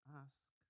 ask